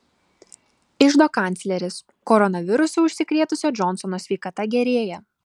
iždo kancleris koronavirusu užsikrėtusio džonsono sveikata gerėja